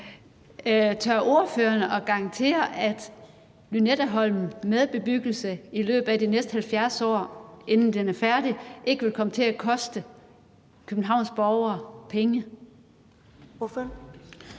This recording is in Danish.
Tør ordføreren at garantere, at Lynetteholmen med bebyggelse i løbet af de næste 70 år, inden den er færdig, ikke vil komme til at koste Københavns borgere penge?